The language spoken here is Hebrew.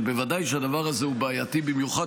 אבל בוודאי שהדבר הזה הוא בעייתי במיוחד